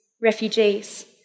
refugees